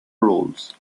rolls